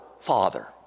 Father